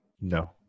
No